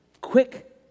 quick